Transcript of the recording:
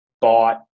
bought